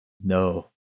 No